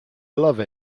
love